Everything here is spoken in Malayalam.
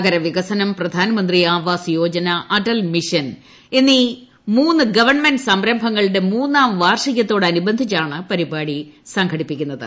നഗരവികസനം പ്രധാൻമന്ത്രി ആവാസ് യോജന ആട്ടൽ മിഷൻ എന്നീ മൂന്നു ഗവൺമെന്റ് സംരംഭങ്ങളുടെ ്മൂന്നാം വാർഷികത്തോടനുബന്ധിച്ചാണ് പരിപാടി സംഘടിപ്പിക്കുന്നുത്